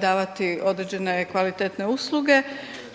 davati određene kvalitetne usluge